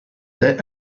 there